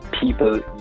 people